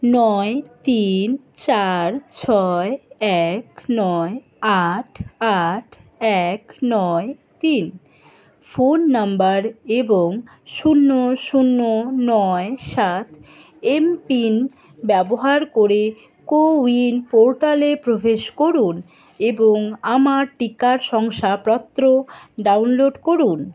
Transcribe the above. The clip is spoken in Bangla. নয় তিন চার ছয় এক নয় আট আট এক নয় তিন ফোন নাম্বার এবং শূন্য শূন্য নয় সাত এমপিন ব্যবহার করে কোউইন পোর্টালে প্রবেশ করুন এবং আমার টিকার শংসাপ্রত্র ডাউনলোড করুন